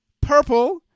purple